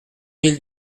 mille